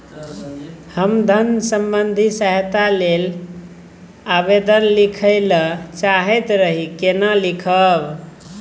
हम धन संबंधी सहायता के लैल आवेदन लिखय ल चाहैत रही केना लिखब?